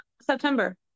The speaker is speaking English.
September